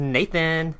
Nathan